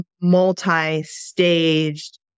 multi-staged